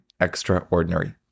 extraordinary